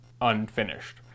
unfinished